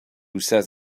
says